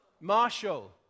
Marshall